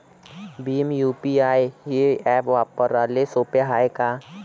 Bhim UPI हे app वापराले सोपे हाय का?